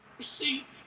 See